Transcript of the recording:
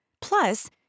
Plus